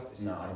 No